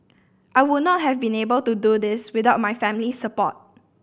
I would not have been able to do this without my family's support